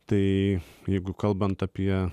tai jeigu kalbant apie